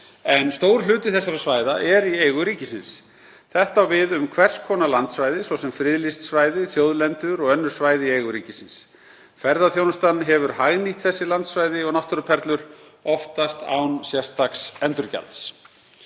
en stór hluti þessara svæða er í eigu ríkisins. Þetta á við um hvers konar landsvæði, svo sem friðlýst svæði, þjóðlendur og önnur svæði í eigu ríkisins. Ferðaþjónustan hefur hagnýtt þessi landsvæði og náttúruperlur, oftast án sérstaks endurgjalds.